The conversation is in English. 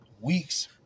weeks